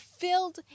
filled